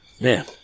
Man